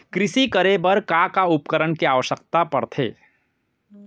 कृषि करे बर का का उपकरण के आवश्यकता परथे?